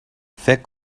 فکر